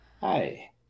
Hi